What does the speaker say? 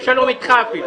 אני רוצה שלום איתך אפילו.